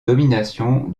domination